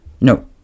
No